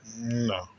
No